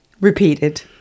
repeated